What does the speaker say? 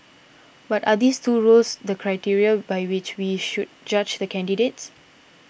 but are these two roles the criteria by which we should judge the candidates